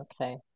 Okay